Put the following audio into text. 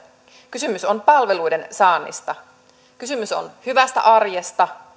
kysymys on palveluiden saannista kysymys on hyvästä arjesta